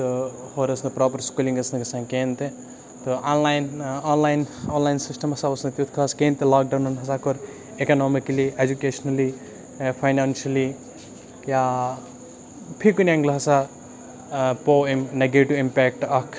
تہٕ ہورٕ ٲس نہٕ پرٛاپَر سکوٗلِنٛگ ٲس نہٕ گژھان کِہیٖنۍ تہِ تہٕ آنلاین آنلاین آنلاین سِسٹَم ہَسا اوس نہٕ تیُتھ خاص کِہیٖنۍ تہِ لاکڈاوُنَن ہَسا کوٚر اِکَنامِکٔلی اٮ۪جوکیشنٔلی فاینانشٔلی یا فی کُنہِ اٮ۪نٛگلہٕ ہَسا پوو امہِ نَگیٹِو اِمپیکٹ اَکھ